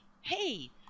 hey